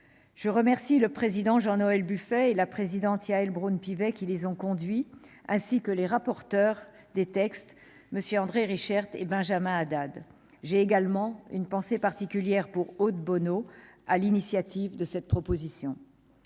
Je remercie le président François-Noël Buffet et la présidente Yaël Braun-Pivet, ainsi que les rapporteurs du texte, MM. André Reichardt et Benjamin Haddad. J'ai également une pensée particulière pour Aude Bono-Vandorme, qui a été à l'initiative de cette proposition